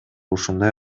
ушундай